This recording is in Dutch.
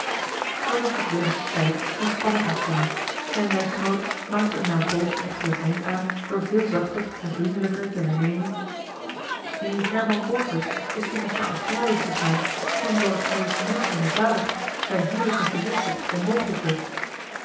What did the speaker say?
er was tot willems spijt eene spanning ontstaan zijn reisgenoot maakte er na een poosje echter een eind aan door veel zachter en vriendelijker te hernemen die herman borgers is immers naar australië gegaan toen door het faillissement van je vader zijn huwelijk met je zuster onmogelijk werd